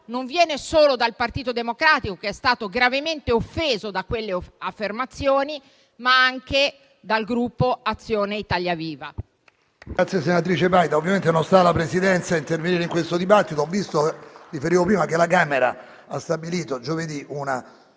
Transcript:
non viene solo dal Partito Democratico, che è stato gravemente offeso da quelle affermazioni, ma anche dal Gruppo Azione-ltalia Viva.